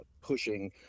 pushing